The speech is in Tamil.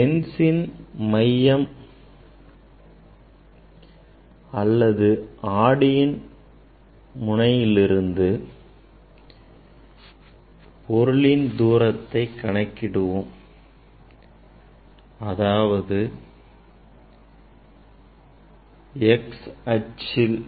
லென்ஸின் மையம் அல்லது ஆடியின் ஆடி முனையிலிருந்து பொருளின் தூரத்தை கணக்கிடுவோம் அதாவது x அச்சில்